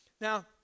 Now